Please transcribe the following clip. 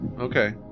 Okay